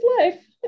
life